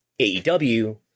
AEW